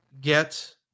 get